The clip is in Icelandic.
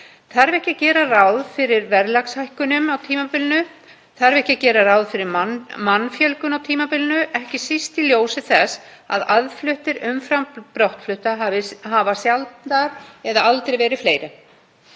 Þarf ekki að gera ráð fyrir verðlagshækkunum á tímabilinu? Þarf ekki að gera ráð fyrir fólksfjölgun á tímabilinu, ekki síst í ljósi þess að aðfluttir umfram brottflutta hafa sjaldan eða aldrei verið fleiri?